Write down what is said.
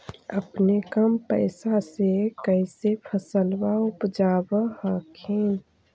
अपने कम पैसा से कैसे फसलबा उपजाब हखिन?